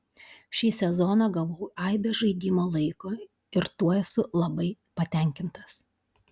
šį sezoną gavau aibę žaidimo laiko ir tuo esu labai patenkintas